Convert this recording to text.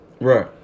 Right